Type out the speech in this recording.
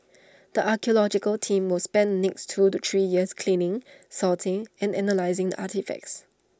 the archaeological team will spend next two to three years cleaning sorting and analysing the artefacts